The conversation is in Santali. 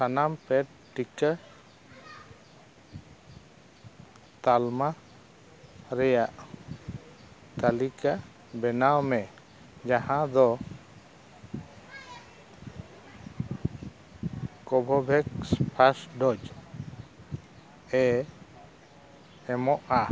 ᱥᱟᱱᱟᱢ ᱯᱮᱴ ᱴᱤᱠᱟᱹ ᱛᱟᱞᱢᱟ ᱨᱮᱭᱟᱜ ᱛᱟᱹᱞᱤᱠᱟ ᱵᱮᱱᱟᱣ ᱢᱮ ᱡᱟᱦᱟᱸ ᱫᱚ ᱠᱳᱵᱷᱳᱵᱷᱮᱠᱥ ᱯᱷᱟᱥᱴ ᱰᱳᱡᱮ ᱮᱢᱚᱜᱼᱟ